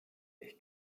ich